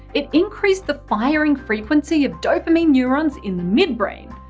it increased the firing frequency of dopamine neurons in the midbrain.